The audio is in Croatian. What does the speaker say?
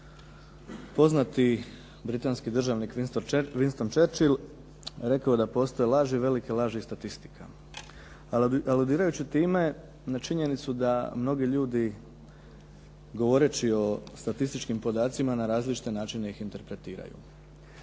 Poznati britanski državnik Winston Churchill rekao je da postoje laži, velike laži i statistika aludirajući time na činjenicu da mnogi ljudi govoreći o statističkim podacima na različite načine ih interpretiraju.